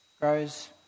grows